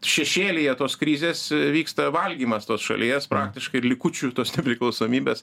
šešėlyje tos krizės vyksta valgymas tos šalies praktiškai likučių tos nepriklausomybės